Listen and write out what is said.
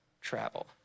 travel